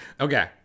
okay